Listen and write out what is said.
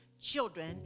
children